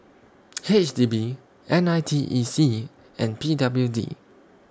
H D B N I T E C and P W D